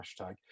hashtag